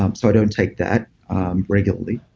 um so i don't take that regularly.